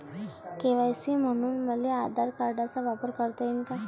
KYC म्हनून मले आधार कार्डाचा वापर करता येईन का?